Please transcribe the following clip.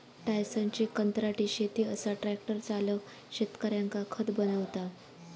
टायसनची कंत्राटी शेती असा ट्रॅक्टर चालक शेतकऱ्यांका खत बनवता